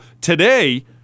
Today